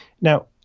Now